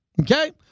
Okay